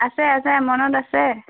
আছে আছে মনত আছে